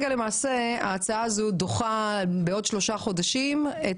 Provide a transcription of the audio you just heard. ההצעה כרגע דוחה בעוד שלושה חודשים את